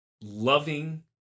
loving